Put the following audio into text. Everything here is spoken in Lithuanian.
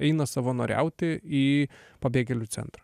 eina savanoriauti į pabėgėlių centrą